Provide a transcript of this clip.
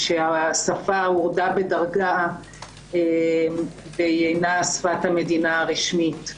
שהשפה הורדה בדרגה והיא אינה שפת המדינה הרשמית.